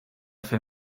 fer